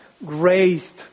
raised